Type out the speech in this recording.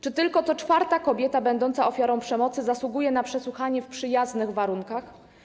Czy tylko co czwarta kobieta będąca ofiarą przemocy zasługuje na przesłuchanie w przyjaznych warunkach?